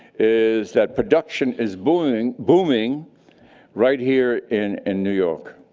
is that production is booming booming right here in in new york.